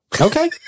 Okay